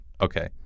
okay